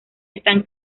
están